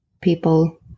people